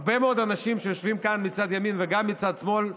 הרבה מאוד אנשים שיושבים כאן מצד ימין וגם מצד שמאל,